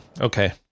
okay